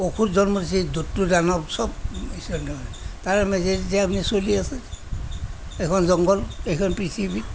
অসুৰ জন্ম দিছে এই দৈত্য দানৱ চব ঈশ্বৰে জন্ম দিছে তাৰ মাজতে যে আপুনি চলি আছে এইখন জংঘল এইখন পৃথিৱীত